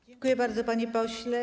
Dziękuję bardzo, panie pośle.